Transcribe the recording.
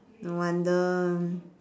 no wonder